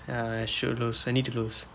ya I should lose I need to lose